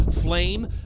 Flame